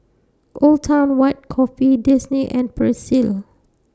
Old Town White Coffee Disney and Persil